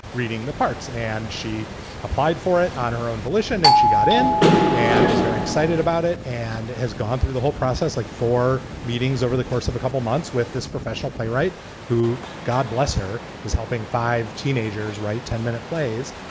reading the parts and she applied for it on her own volition and she got in and was very excited about it. and it has gone through the whole process like four meetings over the course of a couple of months with this professional playwright who, god bless her, is helping five teenagers write ten minute plays.